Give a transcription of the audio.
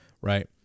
right